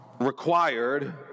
required